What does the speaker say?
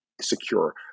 secure